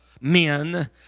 men